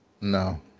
No